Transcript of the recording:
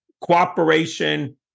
cooperation